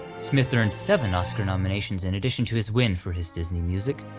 smith earned seven oscar nominations in addition to his win for his disney music,